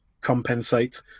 compensate